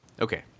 Okay